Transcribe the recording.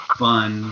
fun